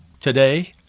today